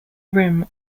rim